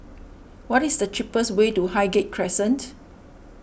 what is the cheapest way to Highgate Crescent